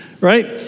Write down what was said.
right